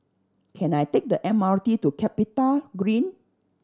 can I take the M R T to CapitaGreen